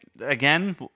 again